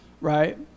Right